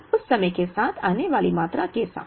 तो उस समय के साथ आने वाली मात्रा के साथ